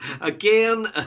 Again